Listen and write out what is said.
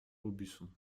aubusson